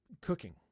cooking